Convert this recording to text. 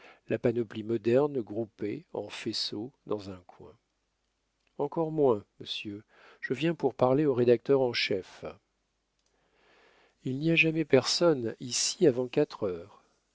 la panoplie moderne groupée en faisceau dans un coin encore moins monsieur je viens pour parler au rédacteur en chef il n'y a jamais personne ici avant quatre heures